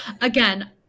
Again